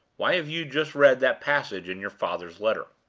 why have you just read that passage in your father's letter?